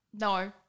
No